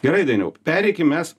gerai dainiau pereikim mes